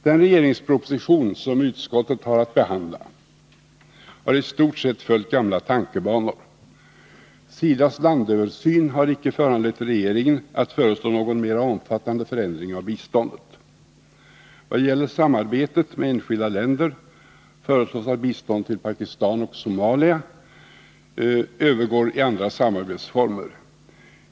Den regeringsproposition som utskottet har haft att behandla har i stort sett följt gamla tankebanor. SIDA:s landöversyn har icke föranlett regeringen att föreslå någon mer omfattande förändring av biståndet. Vad gäller samarbetet med enskilda länder föreslås att biståndet till Pakistan och Somalia skall övergå i andra samarbetsformer.